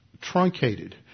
truncated